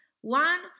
One